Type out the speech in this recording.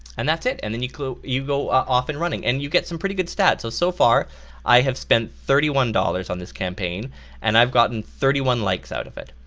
and that's it, and then you go you go off an running, and you get some pretty good stats. so so far i have spent thirty one dollars on this campaign and i've gotten thirty one likes out of it.